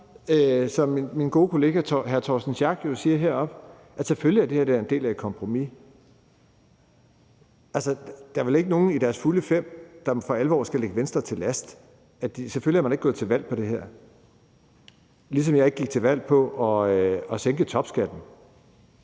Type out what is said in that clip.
min gode kollega hr. Torsten Schack Pedersen jo siger heroppefra, at selvfølgelig er det her en del af et kompromis. Der er vel ikke nogen, der ved deres fulde fem kan lægge Venstre det her til last, for selvfølgelig er man ikke gået til valg på det her, ligesom jeg ikke gik til valg på at sænke topskatten.